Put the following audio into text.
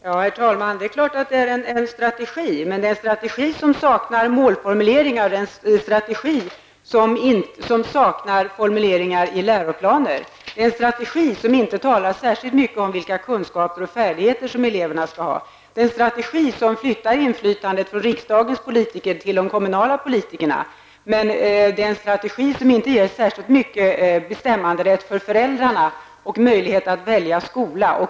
Herr talman! Det är klart att det är en strategi. Men det är en strategi som saknar målformuleringar. Det är en strategi som saknar formuleringar i läroplaner. Det är en strategi som inte talar särskilt mycket om vilka kunskaper och färdigheter som eleverna skall ha. Det är en strategi som flyttar inflytandet från riksdagens politiker till de kommunala politikerna. Det är en strategi som inte ger föräldrarna särskilt mycket bestämmanderätt och möjlighet att välja skola.